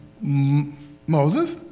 Moses